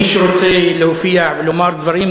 מי שרוצה להופיע ולומר דברים,